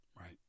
Right